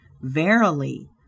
verily